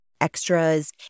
extras